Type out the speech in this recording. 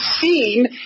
seen